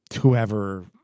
whoever